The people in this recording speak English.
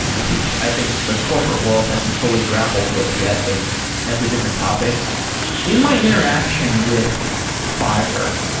which i think the corporate world hasn't fully grappled with yet, but that's a different topic in my interaction with fiverr,